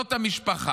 זאת המשפחה.